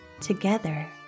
together